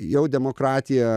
jau demokratija